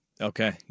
Okay